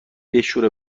بشوره